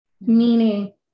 Meaning